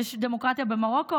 יש דמוקרטיה במרוקו,